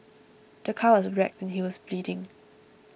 the car was wrecked and he was bleeding